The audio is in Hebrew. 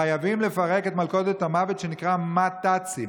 חייבים לפרק את מלכודת המוות שנקראת מת"צים,